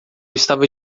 estava